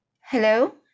Hello